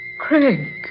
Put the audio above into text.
Craig